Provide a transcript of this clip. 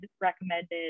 recommended